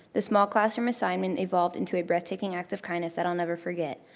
this small classroom assignment evolved into a breathtaking act of kindness that i'll never forget.